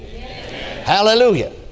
Hallelujah